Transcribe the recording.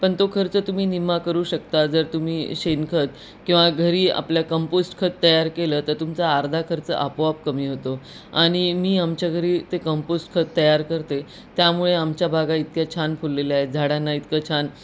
पण तो खर्च तुम्ही निम्मा करू शकता जर तुम्ही शेणखत किंवा घरी आपल्या कंपोस्ट खत तयार केलं तर तुमचा अर्धा खर्च आपोआप कमी होतो आणि मी आमच्या घरी ते कंपोस्ट खत तयार करते त्यामुळे आमच्या बागा इतक्या छान फुललेल्या आहेत झाडांना इतकं छान